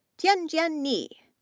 tianjian ni,